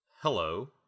Hello